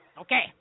Okay